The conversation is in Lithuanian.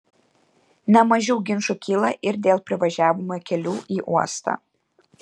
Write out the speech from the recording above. ne mažiau ginčų kyla ir dėl privažiavimo kelių į uostą